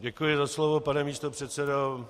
Děkuji za slovo, pane místopředsedo.